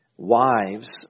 Wives